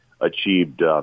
achieved